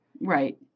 Right